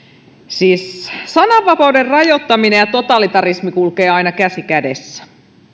siis sananvapauden rajoittaminen ja totalitarismi kulkevat aina käsi kädessä